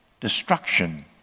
Destruction